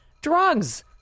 drugs